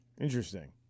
Interesting